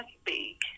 speak